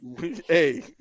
Hey